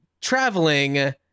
traveling